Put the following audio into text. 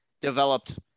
developed